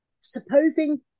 supposing